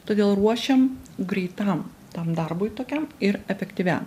todėl ruošiam greitam tam darbui tokiam ir efektyviam